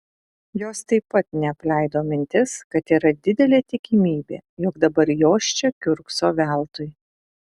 jos taip pat neapleido mintis kad yra didelė tikimybė jog dabar jos čia kiurkso veltui